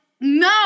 no